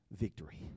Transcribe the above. victory